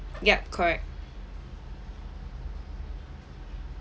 yup correct